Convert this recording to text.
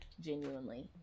genuinely